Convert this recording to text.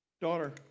daughter